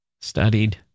studied